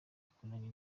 yakoranye